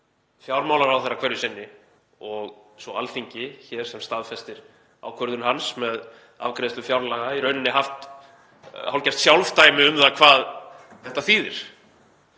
fjármálaráðherra hverju sinni og svo Alþingi hér sem staðfestir ákvörðun hans með afgreiðslu fjárlaga haft hálfgert sjálfdæmi um það hvað þetta þýðir